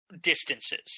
distances